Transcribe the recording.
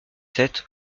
sept